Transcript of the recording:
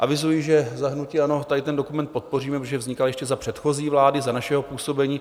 Avizuji, že za hnutí ANO tenhle dokument podpoříme, protože vznikal ještě za předchozí vlády, za našeho působení.